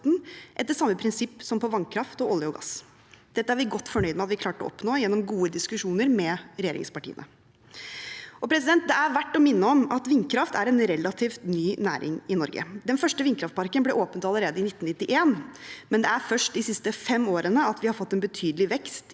etter samme prinsipp som på vannkraft og olje og gass. Dette er vi godt fornøyd med at vi klarte å oppnå gjennom gode diskusjoner med regjeringspartiene. Det er verdt å minne om at vindkraft er en relativt ny næring i Norge. Den første vindkraftparken ble åpnet allerede i 1991, men det er først de siste fem årene at vi har fått en betydelig vekst